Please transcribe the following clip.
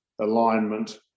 alignment